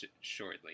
shortly